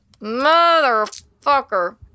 Motherfucker